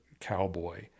cowboy